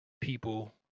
people